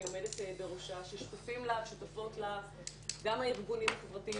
עומדת בראשה ששותפות לה גם הארגונים החברתיים,